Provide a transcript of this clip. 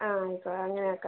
ആ ആയിക്കോട്ടെ അങ്ങനെ ആക്കാം